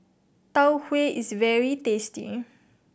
Tau Huay is very tasty